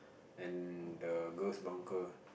and the girls bunker